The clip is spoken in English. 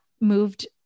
moved